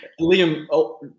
Liam